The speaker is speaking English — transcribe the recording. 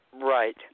Right